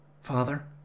Father